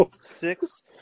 six